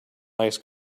ice